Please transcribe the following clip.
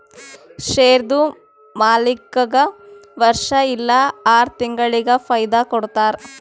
ಶೇರ್ದು ಮಾಲೀಕ್ಗಾ ವರ್ಷಾ ಇಲ್ಲಾ ಆರ ತಿಂಗುಳಿಗ ಫೈದಾ ಕೊಡ್ತಾರ್